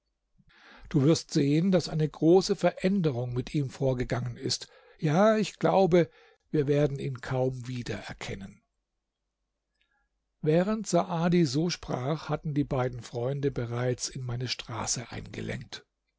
du wirst sehen daß eine große veränderung mit ihm vorgegangen ist ja ich glaube wir werden ihn kaum wiedererkennen während saadi so sprach hatten die beiden freunde bereits in meine straße eingelenkt